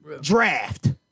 draft